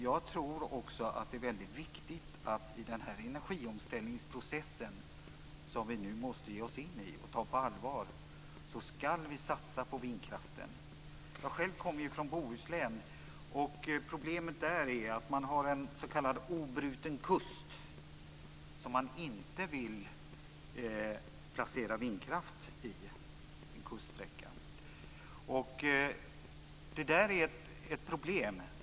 Jag tror också att det är mycket viktigt att vi i den energiomställningsprocess som vi nu måste ge oss in i och ta på allvar satsar på vindkraften. Jag själv kommer från Bohuslän. Problemet där är att man har en s.k. obruten kust, och man vill inte placera vindkraftverk utefter denna kuststräcka. Det är ett problem.